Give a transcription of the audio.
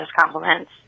compliments